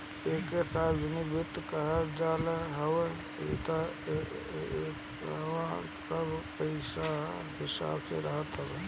एके सार्वजनिक वित्त कहल जात हवे इहवा सब लोग के पईसा के हिसाब रहत हवे